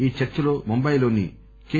ఈ చర్చలో ముంబాయిలోని కె